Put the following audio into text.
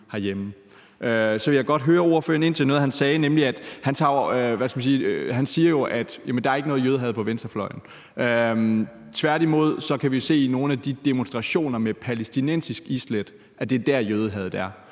Så vil jeg godt høre ordføreren om noget, han sagde, nemlig at der ikke er noget jødehad på venstrefløjen. Tværtimod kan vi se, at det er i nogle af de demonstrationer med palæstinensisk islæt, jødehadet er.